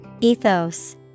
Ethos